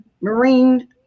marine